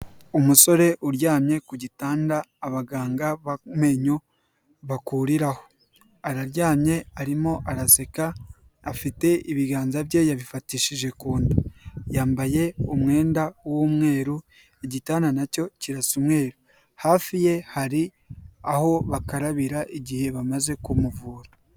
Umusore uryamye ku gitanda abaganga b'amenyo bakuriraho. Araryamye arimo araseka afite ibiganza bye yabifatishije ku nda. Yambaye umwenda w'umweru igitanda na cyo kirasa umweru, hafi ye hari aho bakarabira igihe bamaze kumuvura.